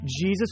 Jesus